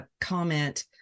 comment